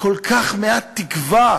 כל כך מעט תקווה